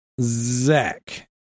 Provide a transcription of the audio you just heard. zach